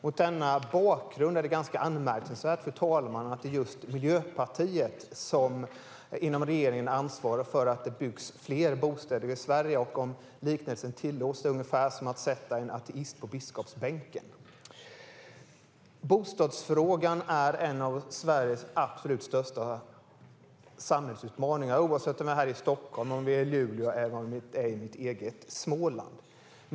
Mot denna bakgrund är det ganska anmärkningsvärt, fru talman, att det är just Miljöpartiet som inom regeringen ansvarar för att det byggs fler bostäder i Sverige. Om liknelsen tillåts mig är det ungefär som att sätta en ateist på biskopsbänken. Bostadsfrågan är en av Sveriges absolut största samhällsutmaningar, oavsett om vi talar om Stockholm eller Luleå eller mitt eget Småland.